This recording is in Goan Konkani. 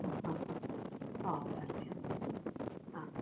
आं हां हां